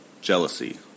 jealousy